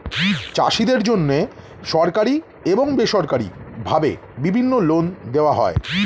চাষীদের জন্যে সরকারি এবং বেসরকারি ভাবে বিভিন্ন লোন দেওয়া হয়